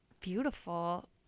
beautiful